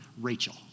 Rachel